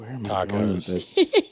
tacos